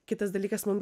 kitas dalykas mum